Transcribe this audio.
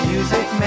Music